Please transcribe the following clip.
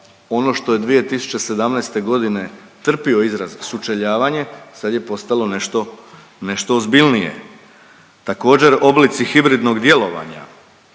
Ono što je 2017.g. trpio izraz sučeljavanje, sad je postalo nešto, nešto ozbiljnije. Također oblici hibridnog djelovanja,